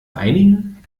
einigen